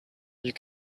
you